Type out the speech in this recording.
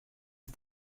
der